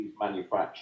manufacturing